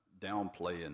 downplaying